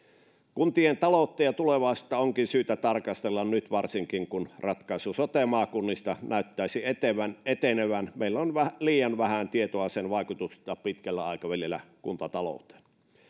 kuntien taloutta ja tulevaisuutta onkin syytä tarkastella nyt varsinkin kun ratkaisu sote maakunnista näyttäisi etenevän etenevän meillä on liian vähän tietoa sen vaikutuksista kuntatalouteen pitkällä aikavälillä